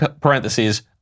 parentheses